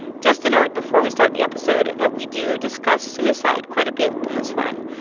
just a note before we start the episode that we do discuss suicide quite a bit in this one.